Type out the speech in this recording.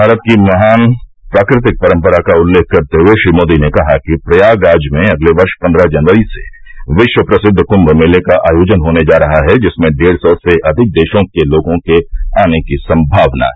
भारत की महान प्राकृतिक परंपरा का उल्लेख करते हुए श्री मोदी ने कहा कि प्रयागराज में अगले वर्ष पन्द्रह जनवरी से विश्व प्रसिद्व कुंभ मेले का आयोजन होने जा रहा है जिसमें डेढ़ सौ से अधिक देशों के लोगों के आने की संभावना है